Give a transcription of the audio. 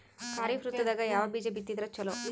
ಖರೀಫ್ ಋತದಾಗ ಯಾವ ಬೀಜ ಬಿತ್ತದರ ಚಲೋ?